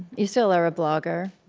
you still are a blogger.